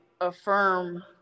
affirm